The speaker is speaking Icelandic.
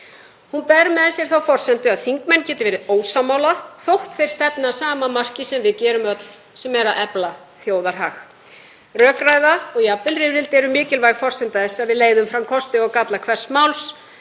Hún ber með sér þá forsendu að þingmenn geti verið ósammála þótt þeir stefni að sama marki, sem við gerum öll, sem er að efla þjóðarhag. Rökræða og jafnvel rifrildi er mikilvæg forsenda þess að við leiðum fram kosti og galla hvers máls.